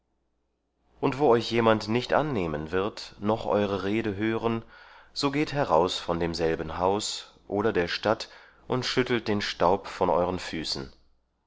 und wo euch jemand nicht annehmen wird noch eure rede hören so geht heraus von demselben haus oder der stadt und schüttelt den staub von euren füßen